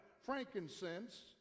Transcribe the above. Frankincense